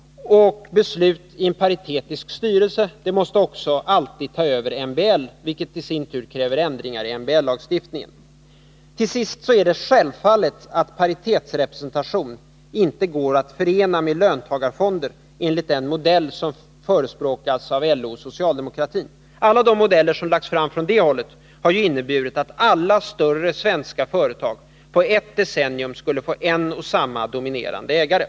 Beslut i en paritetisk styrelse måste också alltid ta över MBL, vilket i sin tur kräver ändringar i medbestämmandelagstiftningen. Till sist går paritetsrepresentation självfallet inte att förena med löntagarfonder enligt den modell som förespråkats av LO och socialdemokratin. De modeller som föreslagits från det hållet har inneburit att alla större svenska företag på ett decennium skulle få en och samma dominerande ägare.